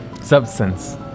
substance